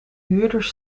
huurders